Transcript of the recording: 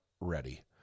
ready